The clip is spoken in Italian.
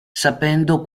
sapendo